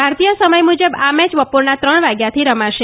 ભારતીય સમય મુજબ આ મેચ બ ોરના ત્રણ વાગ્યાથી રમાશે